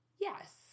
Yes